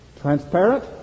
transparent